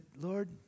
Lord